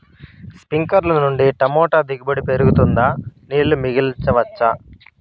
స్ప్రింక్లర్లు నుండి టమోటా దిగుబడి పెరుగుతుందా? నీళ్లు మిగిలించవచ్చా?